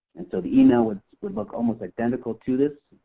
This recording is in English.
and so the email would would look almost identical to this.